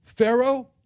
Pharaoh